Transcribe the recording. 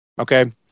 Okay